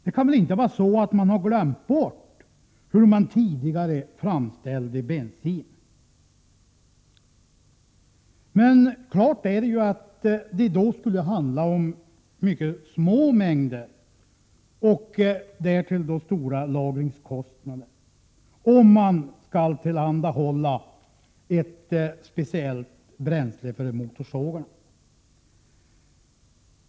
Det kan väl inte vara så att man nu har glömt bort hur man tidigare framställde bensin? Klart är att det skulle handla om mycket små mängder och därtill stora lagringskostnader om man skulle tillhandahålla ett speciellt bränsle för motorsågar.